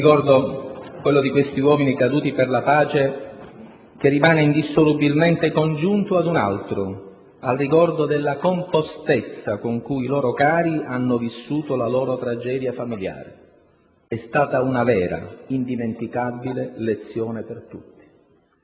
ricordo, quello di questi uomini caduti per la pace, che rimane indissolubilmente congiunto ad un altro: al ricordo della compostezza con cui i loro cari hanno vissuto la loro tragedia familiare. È stata una vera, indimenticabile lezione per tutti.